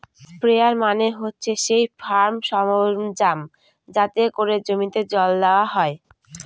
sprayer মানে হচ্ছে সেই ফার্ম সরঞ্জাম যাতে করে জমিতে জল দেওয়া হয়